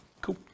cool